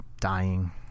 dying